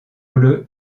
bleu